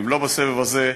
אם לא בסבב הזה,